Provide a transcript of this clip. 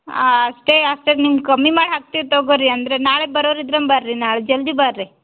ಹಾಂ ಅಷ್ಟೇ ಅಷ್ಟೆ ನಿಮ್ದು ಕಮ್ಮಿ ಮಾಡಿ ಹಾಕ್ತೀವಿ ತೊಗೋರಿ ಅಂದ್ರೆ ನಾಳೆ ಬರೋರಿದ್ರ ಬರ್ರಿ ನಾಳೆ ಜಲ್ದಿ ಬರ್ರಿ